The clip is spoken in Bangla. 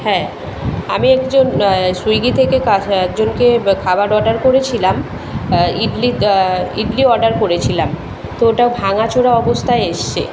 হ্যাঁ আমি একজন সুইগি থেকে কাজ একজনকে খাবার অর্ডার করেছিলাম ইডলি ইডলি অর্ডার করেছিলাম তো ওটা ভাঙাচোরা অবস্থায় এসেছে